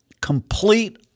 complete